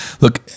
look